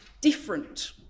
different